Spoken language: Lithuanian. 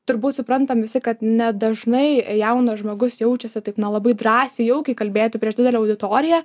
turbūt suprantam visi kad nedažnai jaunas žmogus jaučiasi taip na labai drąsiai jaukiai kalbėti prieš didelę auditoriją